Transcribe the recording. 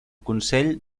consell